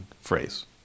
phrase